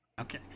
Okay